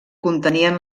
contenien